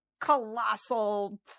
colossal